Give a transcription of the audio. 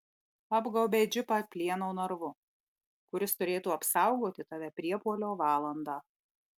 apgaubei džipą plieno narvu kuris turėtų apsaugoti tave priepuolio valandą